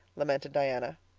lamented diana.